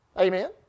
Amen